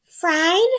fried